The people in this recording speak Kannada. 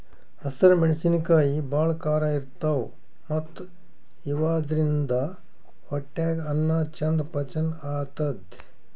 ಹಸ್ರ್ ಮೆಣಸಿನಕಾಯಿ ಭಾಳ್ ಖಾರ ಇರ್ತವ್ ಮತ್ತ್ ಇವಾದ್ರಿನ್ದ ಹೊಟ್ಯಾಗ್ ಅನ್ನಾ ಚಂದ್ ಪಚನ್ ಆತದ್